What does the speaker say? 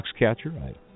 Foxcatcher